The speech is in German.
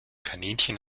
kaninchen